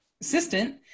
assistant